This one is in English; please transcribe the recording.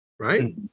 Right